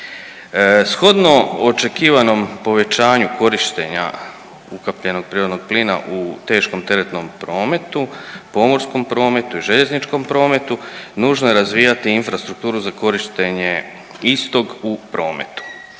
Shodno očekivanom povećanju korištenja ukapljenog prirodnog plina u teškom teretnom prometu, pomorskom prometu i željezničkom prometu nužno je razvijati infrastrukturu za korištenje istog u prometu.